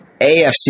AFC